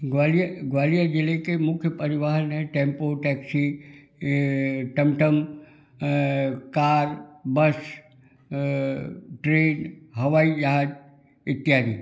ग्वालियर ग्वालियर जिले के मुख्य परिवहन हैं टैम्पो टैक्सी अ टमटम अ कार बस अ ट्रेन हवाई जहाज इत्यादि